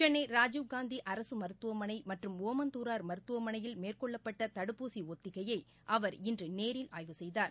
சென்னை ராஜீவ்காந்தி அரசு மருத்துவமனை மற்றும் ஓமந்தூரார் மருத்துவமனையில் மேற்கொள்ளப்பட்ட தடுப்பூசி ஒத்திகையை அவர் இன்று நேரில் ஆய்வு செய்தார்